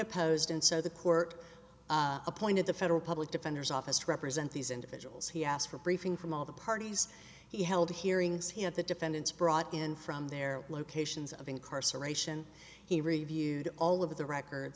imposed and so the court appointed the federal public defender's office to represent these individuals he asked for a briefing from all the parties he held hearings he had the defendants brought in from their locations of incarceration he reviewed all of the record